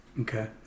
okay